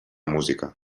música